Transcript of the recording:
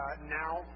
now